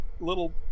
little